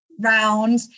round